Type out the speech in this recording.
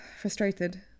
Frustrated